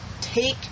take